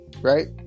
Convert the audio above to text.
right